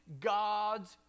God's